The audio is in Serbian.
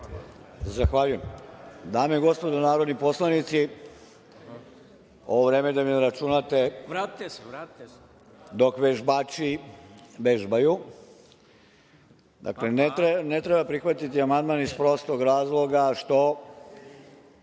Zahvaljujem. Dame i gospodo narodni poslanici, ovo vreme da mi ne računate dok vežbači vežbaju. Dakle, ne treba prihvatiti amandman iz prostog razloga što